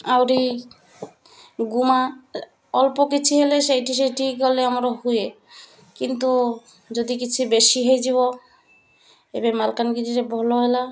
ଆହୁରି ଗୁମା ଅଳ୍ପ କିଛି ହେଲେ ସେଇଠି ସେଇଠି ଗଲେ ଆମର ହୁଏ କିନ୍ତୁ ଯଦି କିଛି ବେଶୀ ହେଇଯିବ ଏବେ ମାଲକାନଗିରିରେ ଭଲ ହେଲା